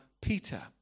Peter